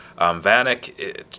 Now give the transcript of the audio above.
Vanek